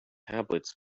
tablets